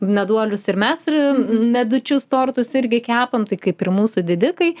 meduolius ir mes ir medučius tortus irgi kepam tai kaip ir mūsų didikai